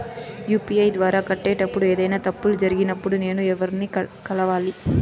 UPI ద్వారా కట్టేటప్పుడు ఏదైనా తప్పులు జరిగినప్పుడు నేను ఎవర్ని కలవాలి?